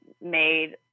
made